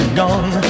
gone